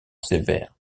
sévère